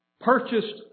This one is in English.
purchased